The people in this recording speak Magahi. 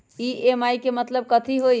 ई.एम.आई के मतलब कथी होई?